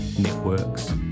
networks